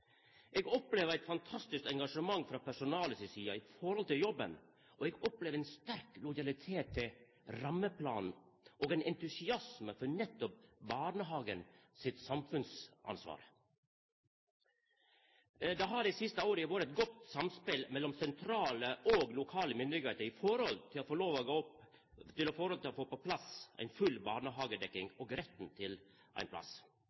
Eg opplever eit fantastisk engasjement frå personalet i forhold til jobben, og eg opplever ein sterk lojalitet til rammeplanen og ein entusiasme for nettopp barnehagen sitt samfunnsansvar. Det har det siste året vore eit godt samspel mellom sentrale og lokale myndigheiter med omsyn til å få på plass full barnehagedekning og retten til ein plass.